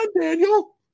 Daniel